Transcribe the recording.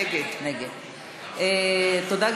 נגד תודה,